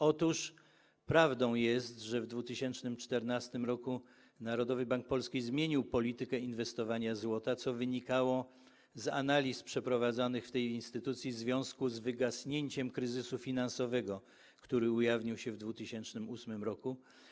Otóż prawdą jest, że w 2014 r. Narodowy Bank Polski zmienił politykę inwestowania w złoto, co wynikało z analiz przeprowadzanych w tej instytucji w związku z wygaśnięciem kryzysu finansowego, który ujawnił się w 2008 r.